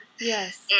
yes